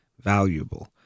valuable